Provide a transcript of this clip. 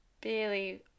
barely